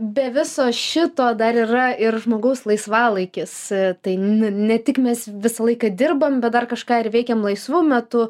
be viso šito dar yra ir žmogaus laisvalaikis tai ne tik mes visą laiką dirbam bet dar kažką ir veikiam laisvu metu